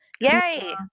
yay